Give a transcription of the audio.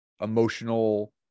emotional